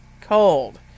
cold